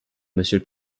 monsieur